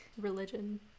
religion